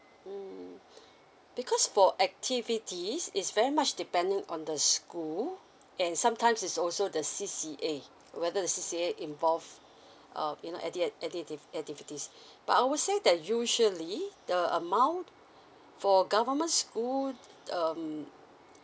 mm because for activities it's very much depending on the school and sometimes it's also the C_C_A whether the C_C_A involved um you know at the act~ activity activities but I would say that usually the amount for government school um